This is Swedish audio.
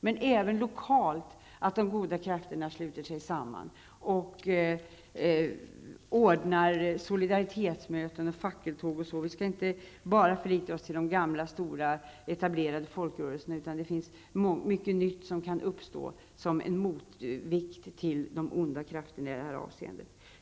Det är även viktigt att de goda krafterna lokalt sluter sig samman och ordnar solidaritetsmöten, fackeltåg och annat. Vi kan inte bara förlita oss till de gamla, stora och etablerade folkrörelserna. Det finns mycket nytt som kan uppstå som en motvikt till de andra krafterna. Herr talman!